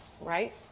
right